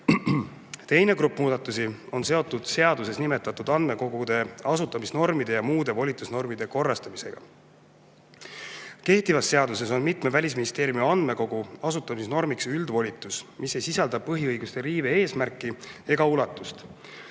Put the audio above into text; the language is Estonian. Teine grupp muudatusi on seotud seaduses nimetatud andmekogude asutamise normide ja muude volitusnormide korrastamisega. Kehtivas seaduses on mitme Välisministeeriumi andmekogu asutamise normiks üldvolitus, mis ei sisalda põhiõiguste riive eesmärki ega ulatust.